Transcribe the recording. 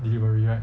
delivery right